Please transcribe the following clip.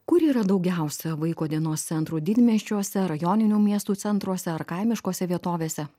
kur yra daugiausia vaiko dienos centrų didmiesčiuose rajoninių miestų centruose ar kaimiškose vietovėse